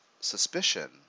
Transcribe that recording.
suspicion